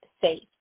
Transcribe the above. safe